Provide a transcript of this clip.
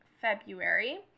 February